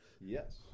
Yes